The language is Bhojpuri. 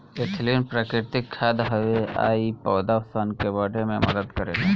एथलीन प्राकृतिक खाद हवे आ इ पौधा सन के बढ़े में मदद करेला